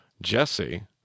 Jesse